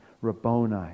Rabboni